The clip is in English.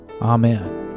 Amen